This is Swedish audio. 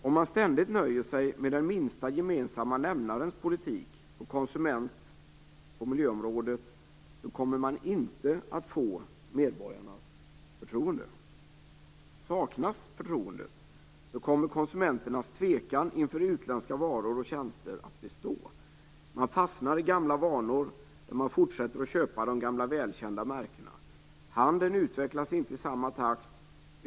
Om man ständigt nöjer sig med den minsta gemensamma nämnarens politik på konsument och miljöområdet kommer man inte att få medborgarnas förtroende. Om förtroendet saknas kommer konsumenternas tvekan inför utländska varor och tjänster att bestå. Man fastnar i gamla vanor där man fortsätter att köpa de gamla välkända märkena. Handeln utvecklas inte i samma takt.